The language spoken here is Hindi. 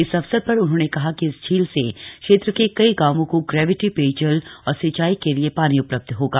इस अवसर पर उन्होंने कहा कि इस झील से क्षेत्र के कई गांवों को ग्रेविटी पेयजल और सिंचाई के लिए पानी उपलब्ध होगा